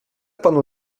panu